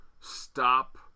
stop